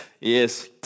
Yes